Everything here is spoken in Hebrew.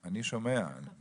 אני ראש מנהל